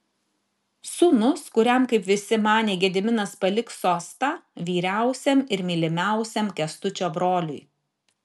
sūnus kuriam kaip visi manė gediminas paliks sostą vyriausiam ir mylimiausiam kęstučio broliui